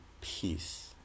peace